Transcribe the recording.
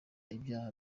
ibyaha